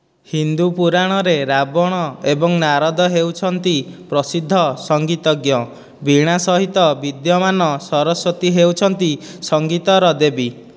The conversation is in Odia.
ହିନ୍ଦୁ ପୁରାଣରେ ରାବଣ ଏବଂ ନାରଦ ହେଉଛନ୍ତି ପ୍ରସିଦ୍ଧ ସଙ୍ଗୀତଜ୍ଞ ବୀଣା ସହିତ ବିଦ୍ୟମାନ ସରସ୍ୱତୀ ହେଉଛନ୍ତି ସଙ୍ଗୀତର ଦେବୀ